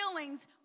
feelings